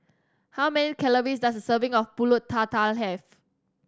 how many calories does a serving of Pulut Tatal have